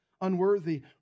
unworthy